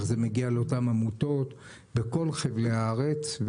איך זה מגיע לאותן עמותות בכל חבלי הארץ.